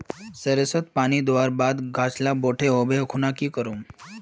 सरिसत पानी दवर बात गाज ला बोट है होबे ओ खुना की करूम?